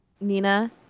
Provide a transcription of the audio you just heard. Nina